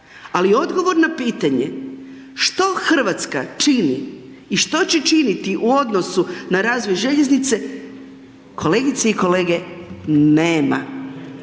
Ali odgovor na pitanje, što Hrvatska čini i što će činiti u odnosu na razvoj željeznice, kolegice i kolege, nema.